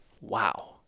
wow